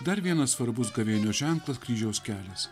dar vienas svarbus gavėnios ženklas kryžiaus kelias